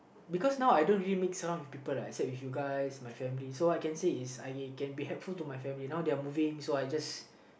because now I don't really mix around with people uh except with you guys my family so I can say is I can be helpful to my family now they are moving so I just